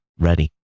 ready